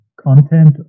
content